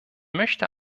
möchte